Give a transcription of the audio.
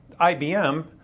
IBM